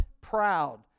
proud